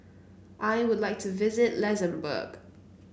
I would like to visit Luxembourg